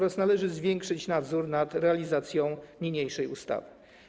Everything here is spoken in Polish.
Należy również zwiększyć nadzór nad realizacją niniejszej ustawy.